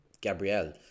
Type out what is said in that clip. Gabrielle